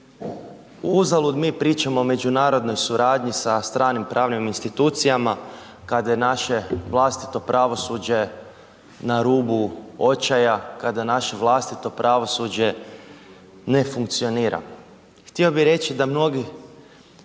Uzalud mi pričamo o međunarodnoj suradnji sa stranim pravnim institucijama kad je naše vlastito pravosuđe na rubu očaja, kada naše vlastito pravosuđe ne funkcionira. Htio bi reći da mnogi